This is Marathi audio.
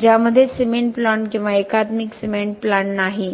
ज्यामध्ये सिमेंट प्लांट किंवा एकात्मिक सिमेंट प्लांट नाही